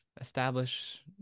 establish